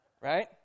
Right